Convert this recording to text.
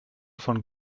von